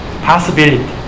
Possibility